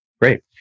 Great